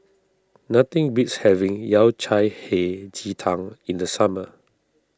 nothing beats having Yao Cai Hei Ji Tang in the summer